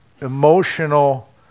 emotional